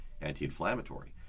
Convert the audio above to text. anti-inflammatory